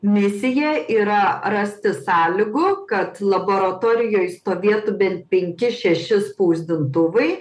misija yra rasti sąlygų kad laboratorijoj stovėtų bent penki šeši spausdintuvai